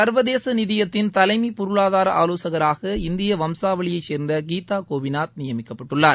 சா்வதேச நிதியத்தின் தலைமை பொருளாதார ஆவோசகராக இந்திய வம்சாவளியைச் சேர்ந்த கீதா கோபிநாத் நியமிக்கப்பட்டுள்ளார்